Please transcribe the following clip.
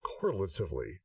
correlatively